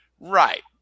Right